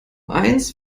eins